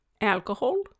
alcohol